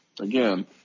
again